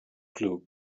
clue